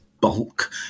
bulk